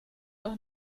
noch